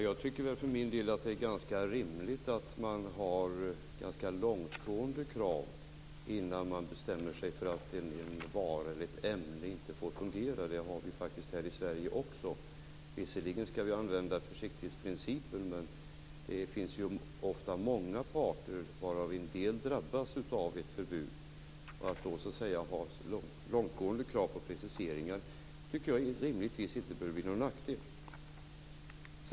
Fru talman! Jag tycker att det är rimligt att man har ganska långtgående krav innan man bestämmer sig för att en vara eller ett ämne inte får fungera. Det har vi här i Sverige också. Visserligen skall vi använda försiktighetsprincipen, men det finns ofta många parter, av vilka en del drabbas av ett förbud. Att då ha långtgående krav på preciseringar tycker jag rimligtvis inte bör bli någon nackdel.